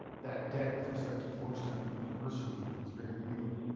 that debt, with respect to georgetown university is very real.